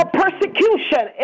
persecution